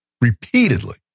repeatedly